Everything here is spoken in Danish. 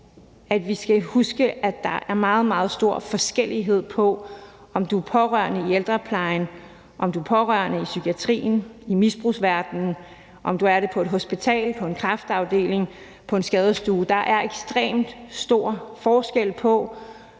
at vi skal huske, at der er meget stor forskel på, om du er pårørende i ældreplejen, om du er pårørende i psykiatrien eller i misbrugsverdenen, om du er det på et hospital, på en kræftafdeling eller på en skadestue, om du er i systemet